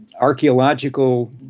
archaeological